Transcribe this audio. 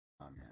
Amen